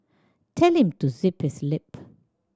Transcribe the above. tell him to zip his lip